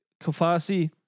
Kofasi